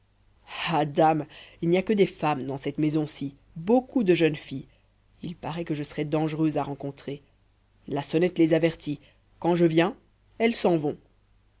dame il n'y a que des femmes dans cette maison-ci beaucoup de jeunes filles il paraît que je serais dangereux à rencontrer la sonnette les avertit quand je viens elles s'en vont